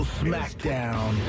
smackdown